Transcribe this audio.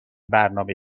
برنامه